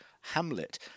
hamlet